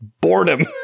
boredom